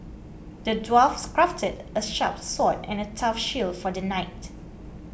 the dwarfs crafted a sharp sword and a tough shield for the knight